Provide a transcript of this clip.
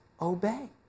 obey